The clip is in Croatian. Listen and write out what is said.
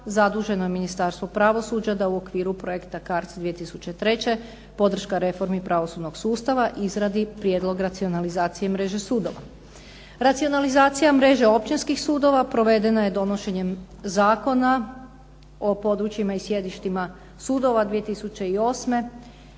Zaduženo je Ministarstvo pravosuđa da u okviru projekta CARDS 2003. podrška reformi pravosudnog sustava izradi prijedlog racionalizacije mreže sudova. Racionalizacija mreže općinskih sudova provedena je donošenjem Zakona o područjima i sjedištima sudova 2008.